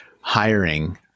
hiring